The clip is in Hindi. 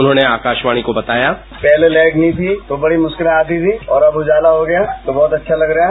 उन्होंने आकाशवाणी को बतायापहले लाईट नहीं थी तो बड़ी मुश्किले आती थी और अब उजाला हो गया है तो बहुत अच्छा लग रहा है